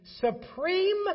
supreme